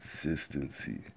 Consistency